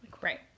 Right